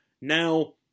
now